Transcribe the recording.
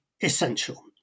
essential